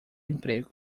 emprego